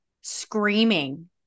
screaming